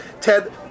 Ted